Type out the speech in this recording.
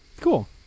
Cool